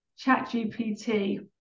ChatGPT